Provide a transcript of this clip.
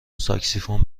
ساکسیفون